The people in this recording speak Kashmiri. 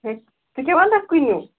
ہے ژٕ کیٛاہ ونکھ کُنی